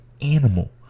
animal